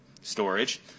storage